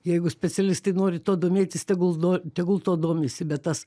jeigu specialistai nori tuo domėtis tegul do tegul tuo domisi bet tas